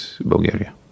Bulgaria